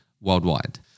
worldwide